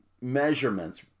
measurements